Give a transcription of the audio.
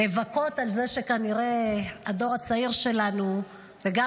לבכות על זה שכנראה הדור הצעיר שלנו וגם